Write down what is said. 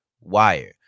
Wire